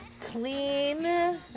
clean